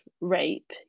rape